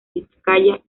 vizcaya